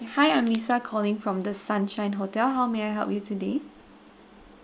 hi I'm lisa calling from the sunshine hotel how may I help you today